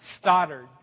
Stoddard